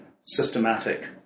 systematic